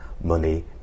money